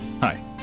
Hi